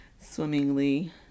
swimmingly